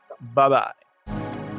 Bye-bye